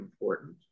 important